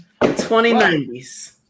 2090s